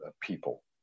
people